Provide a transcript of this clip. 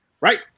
right